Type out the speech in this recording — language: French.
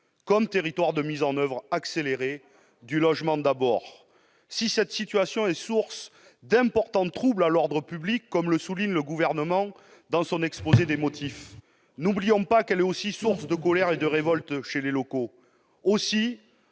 Mayotte pour une mise en oeuvre accélérée du plan Logement d'abord. Si cette situation est source d'importants troubles à l'ordre public, comme le souligne le Gouvernement dans son exposé des motifs, n'oublions pas qu'elle est aussi source de colère et de révolte chez les populations